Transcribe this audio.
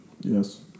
Yes